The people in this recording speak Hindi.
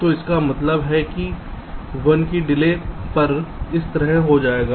तो इसका मतलब है कि 1 की डिलेपर यह इस तरह हो जाएगा